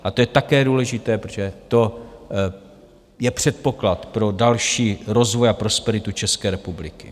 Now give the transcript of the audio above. A to je také důležité, protože to je předpoklad pro další rozvoj a prosperitu České republiky.